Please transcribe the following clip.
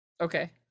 Okay